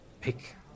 pick